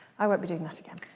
i won't be doing that again.